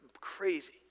crazy